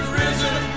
risen